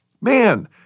man